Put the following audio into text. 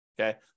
okay